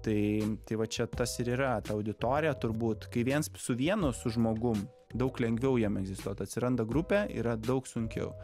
tai tai va čia tas ir yra ta auditorija turbūt kai vienas su vienu su žmogum daug lengviau jam egzistuot atsiranda grupė yra daug sunkiau